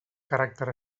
caràcter